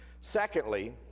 Secondly